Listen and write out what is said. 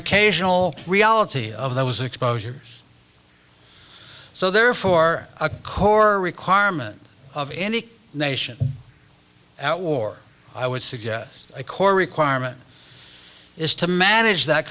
occasional reality of those exposures so therefore a core requirement of any nation at war i would suggest a core requirement is to manage that